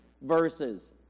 verses